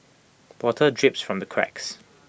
water drips from the cracks